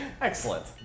Excellent